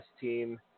team